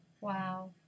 Wow